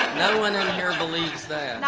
no one in here believes that.